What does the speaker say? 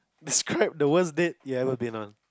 describe the worst date you ever been on